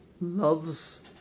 loves